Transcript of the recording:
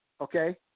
Okay